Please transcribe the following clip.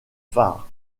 phares